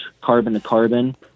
carbon-to-carbon